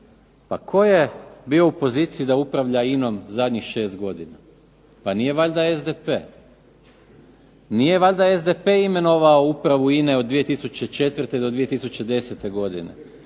pa tko je bio u poziciji da upravlja INA-om zadnjih šest godina, pa nije valjda SDP? Nije valjda SDP imenovao Upravu INA-e od 2004. do 2010. godine?